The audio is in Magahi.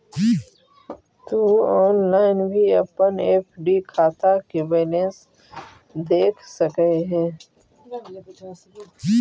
तु ऑनलाइन भी अपन एफ.डी खाता के बैलेंस देख सकऽ हे